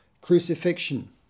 crucifixion